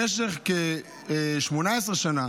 במשך כ-18 שנה